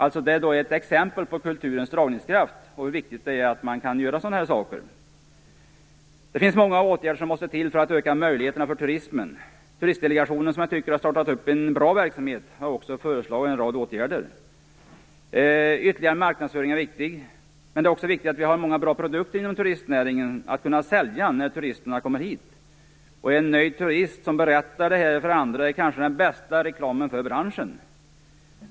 Detta är ett exempel på kulturens dragningskraft och hur viktigt det är att kunna göra sådana saker. Det finns många åtgärder som behöver vidtas för att öka möjligheterna för turismen. Turistdelegationen har startat en bra verksamhet och har föreslagit en rad åtgärder. Ytterligare marknadsföring är viktigt. Men det är också viktigt att ha många bra produkter inom turistnäringen att sälja när turisterna kommer till orten. En nöjd turist är bästa reklamen för branschen.